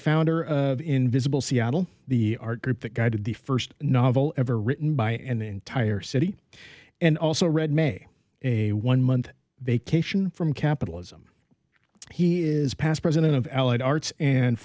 founder of invisible seattle the art group that guided the first novel ever written by an entire city and also read may a one month vacation from capitalism he is past president of allied arts and